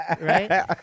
right